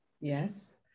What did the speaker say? Yes